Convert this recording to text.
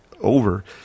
over